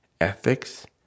ethics